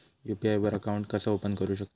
UPI वर account कसा open करू शकतव?